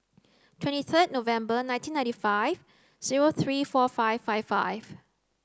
twenty third November nineteen ninty five zero three four five five five